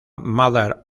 mother